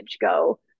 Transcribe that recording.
go